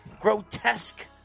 grotesque